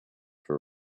for